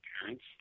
parents